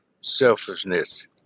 selfishness